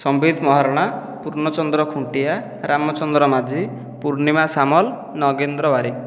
Sambit Maharana Purnachandra Khuntia Ramachandra Majhi Purnima Samal Nagindra Barik